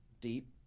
deep